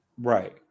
Right